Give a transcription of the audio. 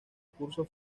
cursos